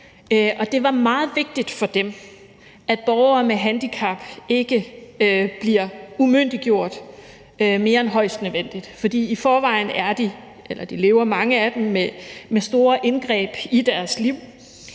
det var meget vigtigt for dem, at borgere med handicap ikke bliver umyndiggjort mere end højst nødvendigt, for i forvejen lever mange af dem med store indgreb i deres liv.